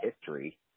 history